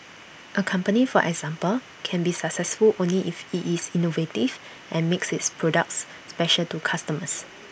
A company for example can be successful only if IT is innovative and makes its products special to customers